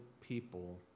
people